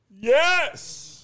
Yes